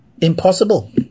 impossible